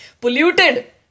polluted